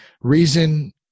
reason